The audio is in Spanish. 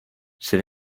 sin